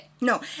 no